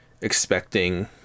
expecting